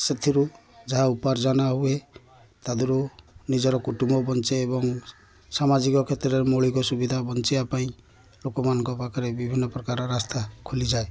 ସେଥିରୁ ଯାହା ଉପାର୍ଜନ ହୁଏ ତା ଦେହରୁ ନିଜର କୁଟୁମ୍ବ ବଞ୍ଚେ ଏବଂ ସାମାଜିକ କ୍ଷେତ୍ରରେ ମୌଳିକ ସୁବିଧା ବଞ୍ଚିବା ପାଇଁ ଲୋକମାନଙ୍କ ପାଖରେ ବିଭିନ୍ନ ପ୍ରକାର ରାସ୍ତା ଖୋଲିଯାଏ